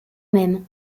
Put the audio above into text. même